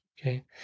Okay